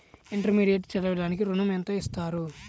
Intermediate చదవడానికి ఋణం ఎంత ఇస్తారు?